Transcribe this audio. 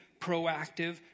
proactive